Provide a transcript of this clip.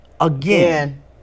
again